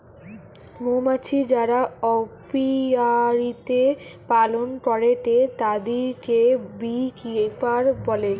মৌমাছি যারা অপিয়ারীতে পালন করেটে তাদিরকে বী কিপার বলে